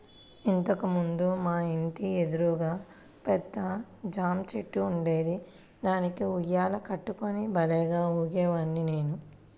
ఇంతకు ముందు మా ఇంటి ఎదురుగా పెద్ద జాంచెట్టు ఉండేది, దానికి ఉయ్యాల కట్టుకుని భల్లేగా ఊగేవాడ్ని నేను